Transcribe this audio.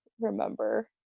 remember